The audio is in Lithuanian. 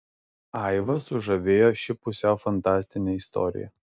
aivą sužavėjo ši pusiau fantastinė istorija